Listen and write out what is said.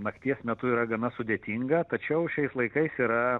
nakties metu yra gana sudėtinga tačiau šiais laikais yra